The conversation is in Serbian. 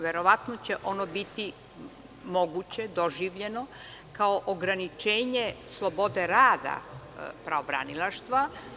Verovatno će ono biti moguće, doživljeno kao ograničenje slobode rada pravobranilaštva.